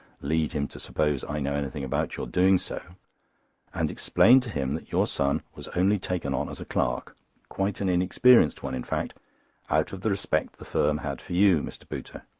lead him to suppose i know anything about your doing so and explain to him that your son was only taken on as a clerk quite an inexperienced one in fact out of the respect the firm had for you, mr. pooter.